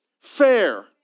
fair